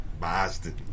Boston